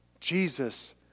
Jesus